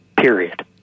Period